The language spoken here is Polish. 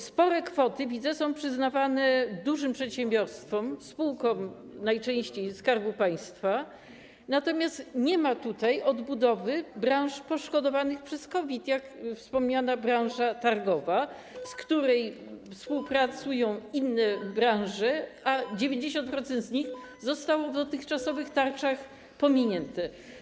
Spore kwoty, widzę, są przyznawane dużym przedsiębiorstwom, spółkom najczęściej Skarbu Państwa, natomiast nie ma tutaj odbudowy branż poszkodowanych przez COVID, jak wspomniana branża targowa, z którą współpracują inne branże, a 90% z nich zostało w dotychczasowych tarczach pominięte.